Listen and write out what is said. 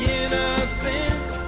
innocence